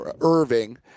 Irving